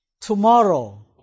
tomorrow